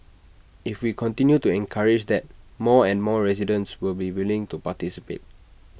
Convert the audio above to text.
if we continue to encourage that more and more residents will be willing to participate